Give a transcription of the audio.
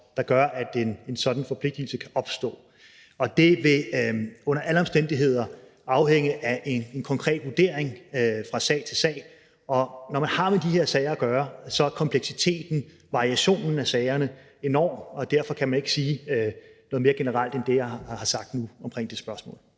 der gør, at en sådan forpligtelse kan opstå. Det vil under alle omstændigheder afhænge af en konkret vurdering fra sag til sag, og når man har med de her sager at gøre, er kompleksiteten og variationen i sagerne enorm, og derfor kan man ikke sige noget mere generelt om det spørgsmål